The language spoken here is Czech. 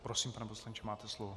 Prosím, pane poslanče, máte slovo.